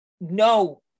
No